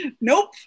nope